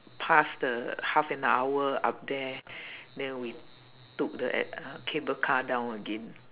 pass the half an hour up there then we took the uh cable car down again